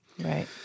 Right